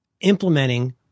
implementing